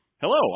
Hello